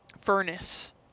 furnace